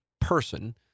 person